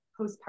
postpartum